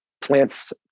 plants